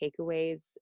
takeaways